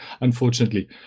unfortunately